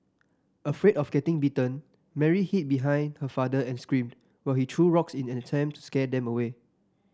afraid of getting bitten Mary hid behind her father and screamed while he threw rocks in an attempt to scare them away